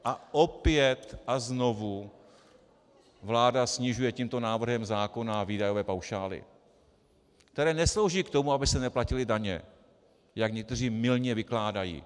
A opět a znovu vláda snižuje tímto návrhem zákona výdajové paušály, které neslouží k tomu, aby se neplatily daně, jak někteří mylně vykládají.